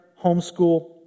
homeschool